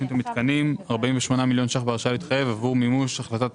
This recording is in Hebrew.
שיפוץ המיתקנים 48 מיליון שקלים בהרשאה להתחייב עבור מימוש החלטת